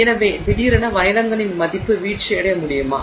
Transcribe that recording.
எனவே திடீரென வைரங்களின் மதிப்பு வீழ்ச்சியடைய முடியுமா